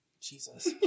Jesus